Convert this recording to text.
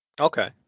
okay